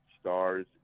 stars